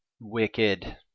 wicked